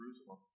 Jerusalem